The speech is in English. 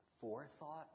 forethought